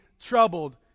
troubled